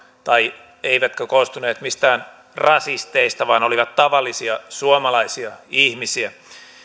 eivätkä koostuneet mistään rasisteista vaan olivat tavallisia suomalaisia ihmisiä